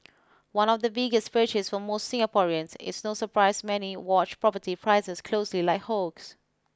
one of the biggest purchase for most Singaporeans it's no surprise many watch property prices closely like hawks